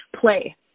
play